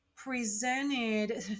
Presented